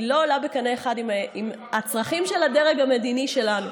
היא לא עולה בקנה אחד עם הצרכים של הדרג המדיני שלנו.